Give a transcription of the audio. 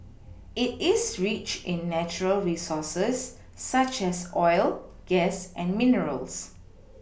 it is rich in natural resources such as oil gas and minerals